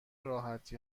راحتی